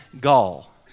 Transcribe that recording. gall